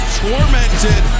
tormented